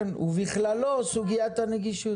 כן, ובכללו סוגיית הנגישות.